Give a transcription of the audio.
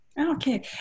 Okay